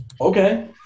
Okay